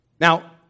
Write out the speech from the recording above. Now